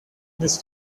this